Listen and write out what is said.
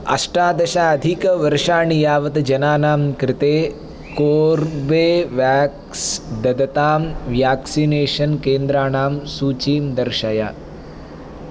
अष्टादश अधिक वर्षाणि यावत् जनानां कृते कोर्बेवाक्स् ददतां व्याक्सिनेषन् केन्द्राणां सूचीं दर्शय